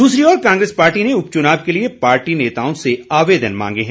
दूसरी ओर कांग्रेस पार्टी ने उपचुनाव के लिए पार्टी नेताओं से आवेदन मांगे हैं